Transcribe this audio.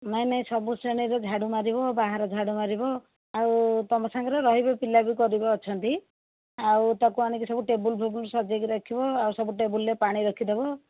ନାହିଁ ନାହିଁ ସବୁ ଶ୍ରେଣୀରେ ଝାଡ଼ୁ ମାରିବ ବାହାରେ ଝାଡ଼ୁ ମାରିବ ଆଉ ତୁମ ସାଙ୍ଗେରେ ରହିବେ ପିଲାବି କରିବେ ଅଛନ୍ତି ଆଉ ତାକୁ ଆଣିକି ସବୁ ଟେବୁଲ ଫେବୁଲ ସଜାଇକି ରଖିବ ଆଉ ସବୁ ଟେବୁଲ ରେ ପାଣି ରଖିଦେବ